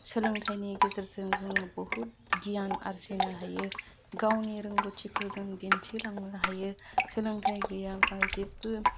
सोलोंथाइनि गेजेरजोंनो बहुद गियान आरजिनो हायो गावनि रोंगौथिखौ जों दिन्थिलांनो हायो सोलोंथाइ गैयाब्ला जेबो